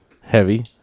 Heavy